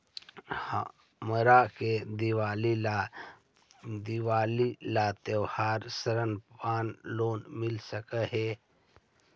हमरा के दिवाली ला त्योहारी ऋण यानी लोन मिल सकली हे?